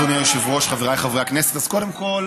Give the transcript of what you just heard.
אדוני היושב-ראש, חבריי חברי הכנסת, אז קודם כול